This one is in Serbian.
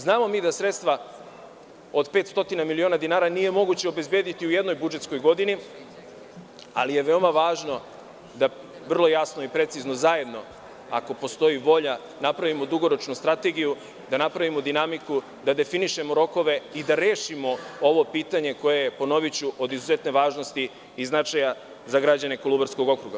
Znamo da sredstva od 500 miliona dinara nije moguće obezbediti u jednoj budžetskoj godini, ali je veoma važno da vrlo jasno i precizno zajedno, ako postoji volja, napravimo dugoročnu strategiju, napravimo dinamiku, da definišemo rokove i da rešimo ovo pitanje koje je, ponoviću, od izuzetne važnosti i značaja za građane Kolubarskog okruga.